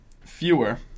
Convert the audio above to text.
fewer